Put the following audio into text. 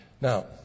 Now